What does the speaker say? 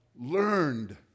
Learned